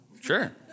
Sure